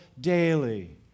daily